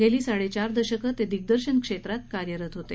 गेली साडेचार दशकं ते दिग्दर्शन क्षेत्रात कार्यरत होते